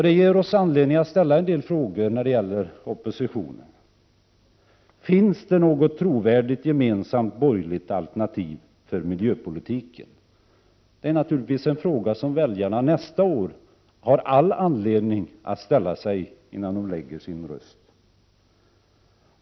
Det ger oss anledning att ställa en del frågor när det gäller oppositionen: Finns det något trovärdigt gemensamt borgerligt alternativ för miljöpolitiken? Det är naturligtvis en fråga som väljarna nästa år har all anledning att ställa sig innan de lägger sina röster.